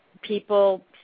people